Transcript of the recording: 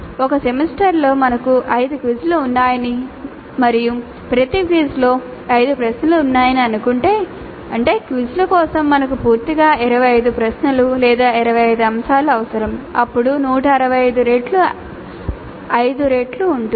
ఒక సెమిస్టర్లో మనకు ఐదు క్విజ్లు ఉన్నాయని మరియు ప్రతి క్విజ్లో ఐదు ప్రశ్నలు ఉన్నాయని అనుకుంటే అంటే క్విజ్ల కోసం మాకు పూర్తిగా 25 ప్రశ్నలు లేదా 25 అంశాలు అవసరం అప్పుడు 125 రెట్లు అయిదు రెట్లు ఉంటుంది